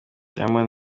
diamond